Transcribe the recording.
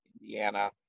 Indiana